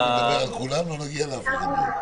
אם נדבר על כולם לא נגיע לאף אחד מהם.